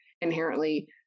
inherently